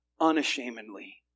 Unashamedly